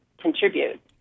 contribute